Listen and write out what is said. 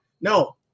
No